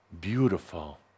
beautiful